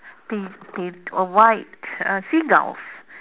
paint paint a white uh seagulls